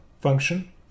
function